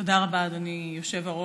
תודה למזכירת הכנסת.